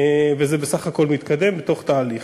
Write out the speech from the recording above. וזה בסך הכול מתקדם, בתוך תהליך.